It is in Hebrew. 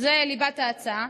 זו ליבת ההצעה,